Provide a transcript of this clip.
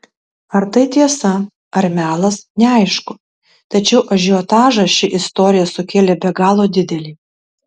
ar tai tiesa ar melas neaišku tačiau ažiotažą ši istorija sukėlė be galo didelį